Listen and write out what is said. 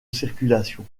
circulation